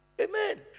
Amen